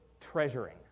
treasuring